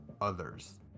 others